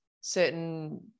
certain –